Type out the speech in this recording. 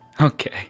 Okay